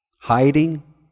Hiding